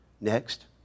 next